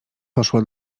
poszła